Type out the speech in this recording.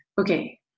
Okay